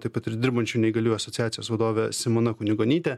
taip pat ir dirbančių neįgaliųjų asociacijos vadovė simona kunigonytė